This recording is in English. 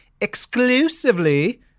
exclusively